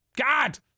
God